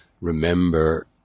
remember